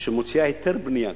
שמוציאה היתר בנייה,